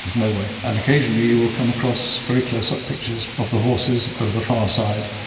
no way. and occasionally you will come across very close-up pictures of the horses of the far side,